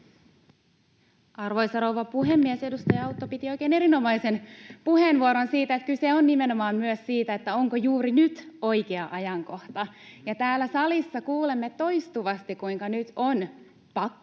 Arvoisa rouva puhemies! Edustaja Autto piti oikein erinomaisen puheenvuoron, että kyse on nimenomaan myös siitä, onko juuri nyt oikea ajankohta. [Juho Eerola: Nyt on!] Täällä salissa kuulemme toistuvasti, kuinka nyt on pakko